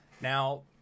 Now